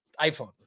iPhone